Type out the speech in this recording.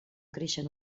creixen